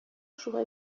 шулай